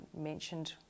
mentioned